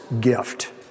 gift